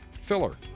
filler